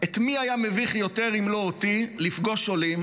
את מי היה מביך יותר אם לא אותי לפגוש עולים